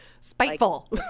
spiteful